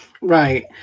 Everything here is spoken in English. Right